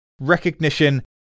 recognition